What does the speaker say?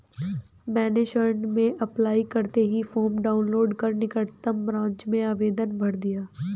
मैंने ऋण के अप्लाई करते ही फार्म डाऊनलोड कर निकटम ब्रांच में आवेदन भर दिया